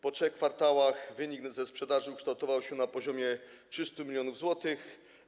Po 3 kwartałach wynik ze sprzedaży ukształtował się na poziomie 300 mln zł.